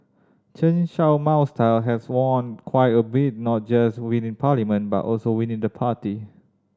Chen Show Mao's style has waned quite a bit not just within parliament but also within the party